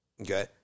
Okay